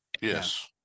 Yes